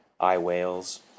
iWhales